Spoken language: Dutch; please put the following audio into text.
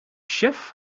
chef